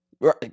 Right